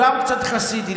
הוא גם קצת חסידי,